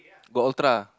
got Ultra